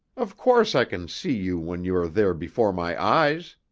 of course i can see you when you are there before my eyes.